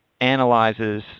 analyzes